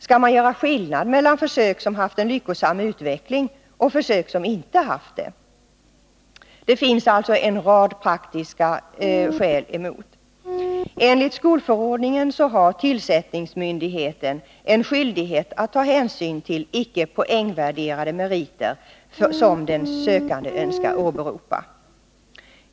Skall man göra skillnad mellan försök som har haft en lyckosam utveckling och försök som inte har haft det? Det finns alltså en rad praktiska skäl emot förslaget. Enligt skolförordningen har tillsättningsmyndigheten skyldighet att ta hänsyn till icke poängvärderade meriter som den sökande önskar åberopa.